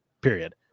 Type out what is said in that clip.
period